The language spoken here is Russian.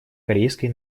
корейской